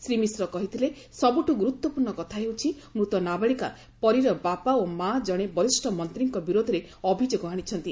ଶ୍ରୀ ମିଶ୍ର କହିଥିଲେ ସବୁଠୁ ଗୁରୁତ୍ୱପୂର୍ଣ୍ଣ କଥା ହେଉଛି ମୃତ ନାବାଳିକା ପରୀର ବାପା ଓ ମାଆ ଜଶେ ବରିଷ୍ଡ ମନ୍ତୀଙ୍କ ବିରୋଧରେ ଅଭିଯୋଗ ଆଶିଛନ୍ତି